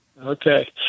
Okay